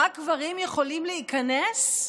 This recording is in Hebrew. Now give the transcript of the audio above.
רק גברים יכולים להיכנס?